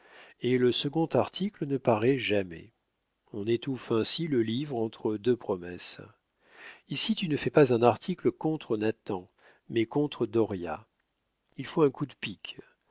et le second article ne paraît jamais on étouffe ainsi le livre entre deux promesses ici tu ne fais pas un article contre nathan mais contre dauriat il faut un coup de pic